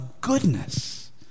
goodness